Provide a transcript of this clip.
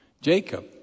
Jacob